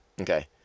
Okay